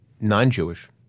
non-Jewish